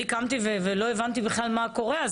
אני קמתי ולא הבנתי בכלל מה קורה.